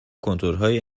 کنتورهای